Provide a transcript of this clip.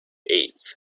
eight